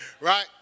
Right